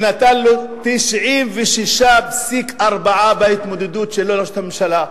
נתן לו 96.4% בהתמודדות שלו לראשות הממשלה?